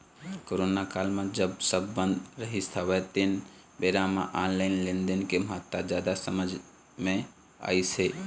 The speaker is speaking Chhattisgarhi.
करोना काल म जब सब बंद रहिस हवय तेन बेरा म ऑनलाइन लेनदेन के महत्ता जादा समझ मे अइस हे